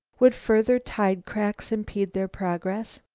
would further tide-cracks impede their progress?